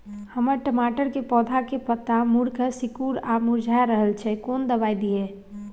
हमर टमाटर के पौधा के पत्ता मुड़के सिकुर आर मुरझाय रहै छै, कोन दबाय दिये?